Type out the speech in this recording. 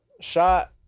Shot